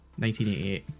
1988